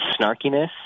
snarkiness